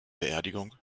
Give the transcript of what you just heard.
beerdigung